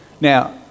Now